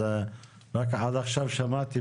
אז רק אחד עכשיו שמעתי,